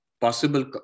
possible